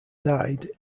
died